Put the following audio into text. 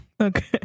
Okay